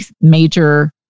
major